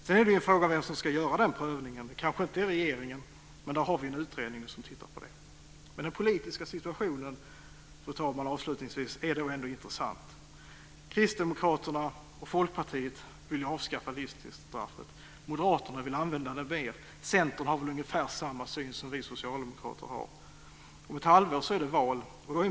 Sedan är frågan vem som ska göra den prövningen. Det kanske inte är regeringen. Vi har en utredning som tittar på det. Den politiska situationen, fru talman, är intressant. Kristdemokraterna och Folkpartiet vill avskaffa livstidsstraffet. Moderaterna vill använda det mer. Centern har väl ungefär samma syn som vi socialdemokrater. Om ett halvår är det val.